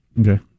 Okay